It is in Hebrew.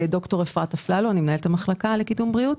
ד"ר אפרת אפללו, אני מנהלת המחלקה לקידום בריאות.